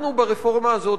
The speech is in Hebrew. אנחנו ברפורמה הזאת,